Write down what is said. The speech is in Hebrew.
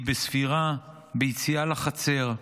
היא בספירה, ביציאה לחצר,